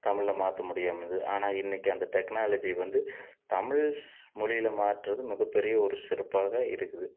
தமிழில் மாற்ற முடியாமல் இருந்தது ஆனால் இன்றைக்கு அந்த டெக்னாலஜி வந்து தமிழ் மொழியில் மாற்றது மிகப்பெரிய ஒரு சிறப்பாக இருக்குது